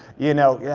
you know,